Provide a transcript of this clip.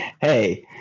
hey